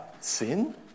sin